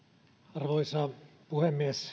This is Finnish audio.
arvoisa puhemies